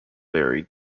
very